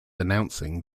announcing